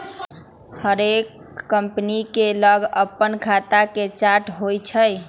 हरेक कंपनी के लग अप्पन खता के चार्ट होइ छइ